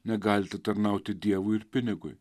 negalite tarnauti dievui ir pinigui